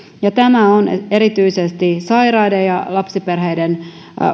tämä on erityisesti sairaiden ja lapsiperheiden